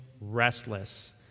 restless